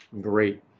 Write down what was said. great